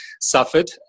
suffered